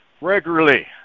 Regularly